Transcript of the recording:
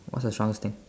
what's the strongest thing